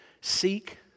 Seek